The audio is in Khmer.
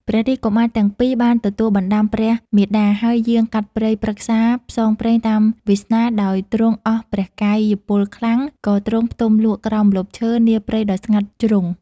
ព្រះរាជកុមារទាំង ២ បានទទួលបណ្តាំព្រះមាតា ហើយយាងកាត់ព្រៃ ព្រឹក្សាផ្សងព្រេងតាមវាសនា ដោយទ្រង់អស់ព្រះកាយពលខ្លាំង ក៏ទ្រង់ផ្ទំលក់ក្រោមម្លប់ឈើ នាព្រៃដ៏ស្ងាត់ ជ្រង់ ។